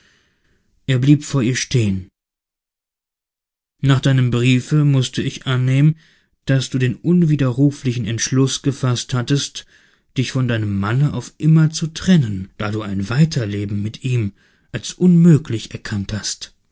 er blieb vor ihr stehen nach deinem briefe mußte ich annehmen daß du den unwiderruflichen entschluß gefaßt hattest dich von deinem manne auf immer zu trennen da du ein weiterleben mit ihm als unmöglich erkannt hast